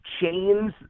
chains